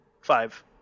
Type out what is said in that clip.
Five